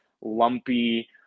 lumpy